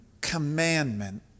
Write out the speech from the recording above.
commandment